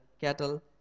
cattle